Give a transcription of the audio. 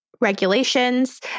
regulations